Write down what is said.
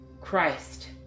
Christ